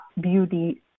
beauty